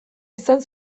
izan